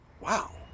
Wow